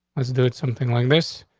let's do it. something like this,